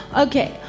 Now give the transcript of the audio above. Okay